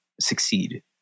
succeed